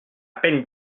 peine